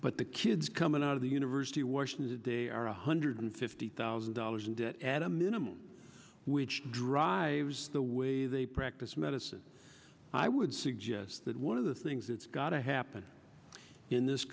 but the kids coming out of the university of washington today are one hundred fifty thousand dollars in debt at a minimum which drives the way they practice medicine i would suggest that one of the things that's got to happen in this